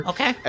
Okay